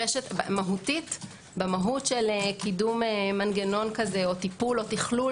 במהות של קידום מנגנון כזה או תכלול